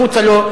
מחוצה לו,